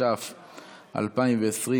התש"ף 2020,